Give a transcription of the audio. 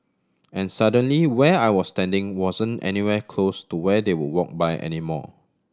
and suddenly where I was standing wasn't anywhere close to where they would walk by anymore